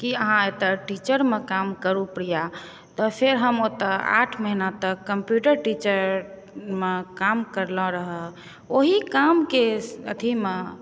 कि अहाँ एतऽ टीचरमे काम करू प्रिया तऽ फेर हम ओतऽ आठ महिना तक कम्प्यूटर टीचरमे काम करलहुँ रहै ओहि कामके अथीमे